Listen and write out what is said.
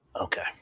Okay